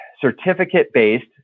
certificate-based